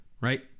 right